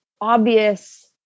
obvious